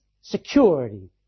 security